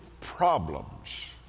problems